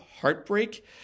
heartbreak